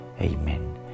Amen